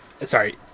Sorry